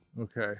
Okay